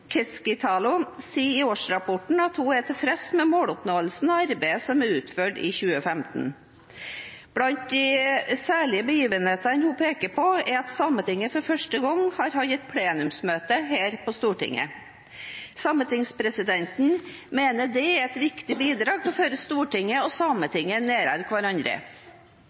sier i årsrapporten at hun er tilfreds med måloppnåelsen og arbeidet som er utført i 2015. Blant de særlige begivenhetene hun peker på, er at Sametinget for første gang har hatt et plenumsmøte her på Stortinget. Sametingspresidenten mener dette er et viktig bidrag til å føre Stortinget og Sametinget nærmere hverandre.